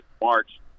March